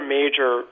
major